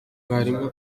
mwarimu